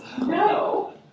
no